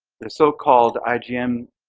the so called ah yeah um